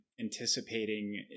anticipating